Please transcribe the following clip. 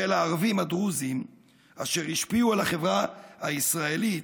הערבים הדרוזים אשר השפיעו על החברה הישראלית,